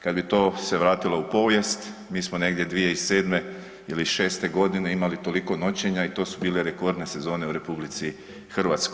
Kad bi to se vratilo u povijest mi smo negdje 2007. ili 2006. godine imali toliko noćenja i to su bile rekordne sezone u RH.